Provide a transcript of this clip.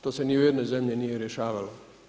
To se ni u jednoj zemlji nije rješavalo.